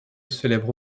célèbre